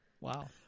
Wow